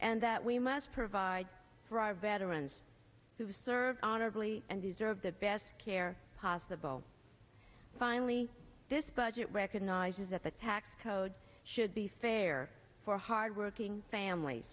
and that we must provide for our veterans who have served honorably and deserve the best care possible finally this budget recognizes that the tax code should be fair for hardworking families